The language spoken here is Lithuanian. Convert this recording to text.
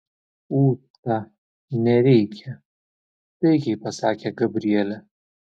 ūta nereikia taikiai pasakė gabrielė